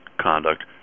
conduct